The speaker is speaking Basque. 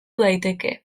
daiteke